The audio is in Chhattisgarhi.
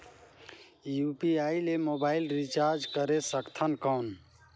यू.पी.आई ले मोबाइल रिचार्ज करे सकथन कौन?